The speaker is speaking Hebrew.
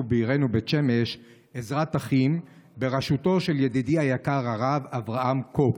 בעירנו בית שמש "עזרת אחים" בראשותו של ידידי היקר הרב אברהם קאפ,